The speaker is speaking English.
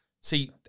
see